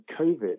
COVID